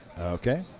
Okay